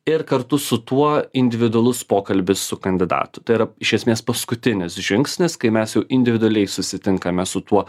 ir kartu su tuo individualus pokalbis su kandidatu tai yra iš esmės paskutinis žingsnis kai mes jau individualiai susitinkame su tuo